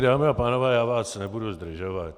Dámy a pánové, já vás nebudu zdržovat.